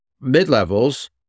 mid-levels